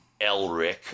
Elric